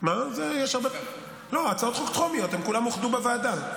אלה הצעות חוק טרומיות, הן כולן אוחדו בוועדה.